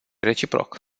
reciproc